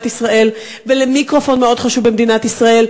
ישראל ולמיקרופון מאוד חשוב במדינת ישראל,